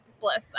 bless